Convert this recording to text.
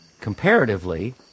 comparatively